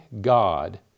God